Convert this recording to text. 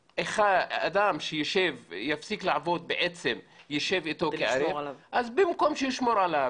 ואדם שיפסיק לעבוד וישב אתו כערב במקום שישמור עליו